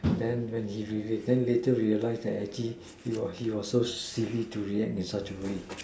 then when he revenge then later we realized that actually he was he was so sickly to react in that way